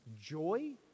Joy